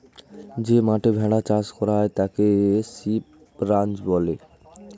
যে মাঠে ভেড়া চাষ করা হয় তাকে শিপ রাঞ্চ বলে